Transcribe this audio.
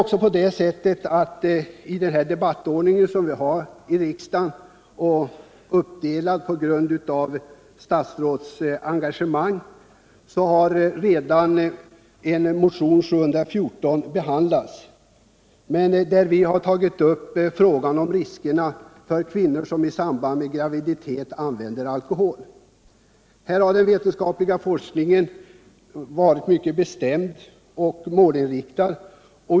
Nu är det på det sättet att enligt den debattordning som vi har i riksdagen, med uppdelning på grund av olika statsrådsengagemang, en motion, nr 714, redan har behandlats. Däri har vi tagit upp frågan om riskerna för de kvinnor som i samband med graviditet använder alkohol. Den vetenskapliga forskningen har härvidlag varit mycket bestämd och målinriktad.